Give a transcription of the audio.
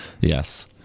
Yes